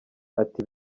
ati